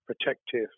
protective